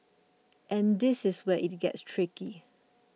and this is where it gets tricky